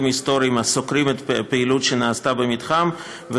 היסטוריים הסוקרים את הפעילות שנעשתה במתחם,